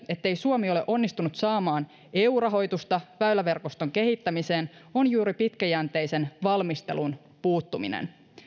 ettei suomi ole onnistunut saamaan eu rahoitusta väyläverkoston kehittämiseen on juuri pitkäjänteisen valmistelun puuttuminen